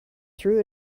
through